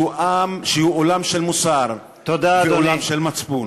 שהוא עולם של מוסר ועולם של מצפון.